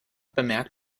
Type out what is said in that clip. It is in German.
bemerkt